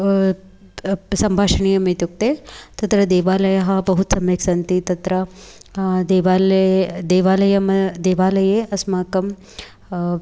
सम्भाषणीयम् इत्युक्ते तत्र देवालयः बहु सम्यक् सन्ति तत्र देवालये देवालयम देवालये अस्माकं